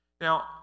Now